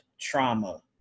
trauma